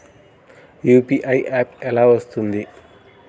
UPI app ఎలా వస్తుంది?